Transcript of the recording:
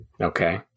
Okay